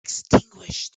extinguished